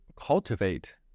cultivate